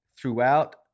throughout